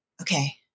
Okay